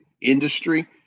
industry